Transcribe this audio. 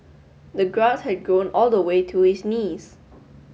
the grass had grown all the way to his knees